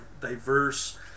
diverse